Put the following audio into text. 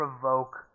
provoke